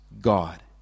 God